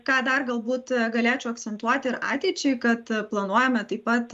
ką dar galbūt galėčiau akcentuoti ir ateičiai kad planuojame taip pat